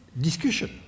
discussion